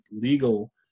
legal